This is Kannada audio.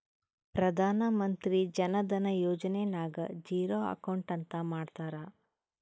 ಪ್ರಧಾನ್ ಮಂತ್ರಿ ಜನ ಧನ ಯೋಜನೆ ನಾಗ್ ಝೀರೋ ಅಕೌಂಟ್ ಅಂತ ಮಾಡ್ತಾರ